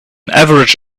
average